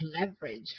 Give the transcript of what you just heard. leverage